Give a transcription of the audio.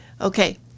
Okay